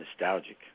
Nostalgic